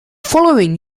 following